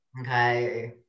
Okay